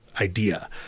idea